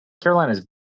Carolina's